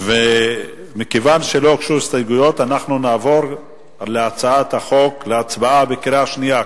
לכן נעבור להצבעה בקריאה שנייה,